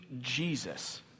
Jesus